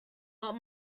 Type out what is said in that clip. but